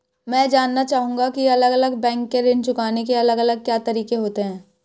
मैं जानना चाहूंगा की अलग अलग बैंक के ऋण चुकाने के अलग अलग क्या तरीके होते हैं?